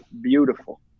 beautiful